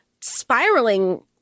spiraling